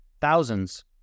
thousands